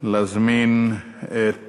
להזמין את